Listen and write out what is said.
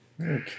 Okay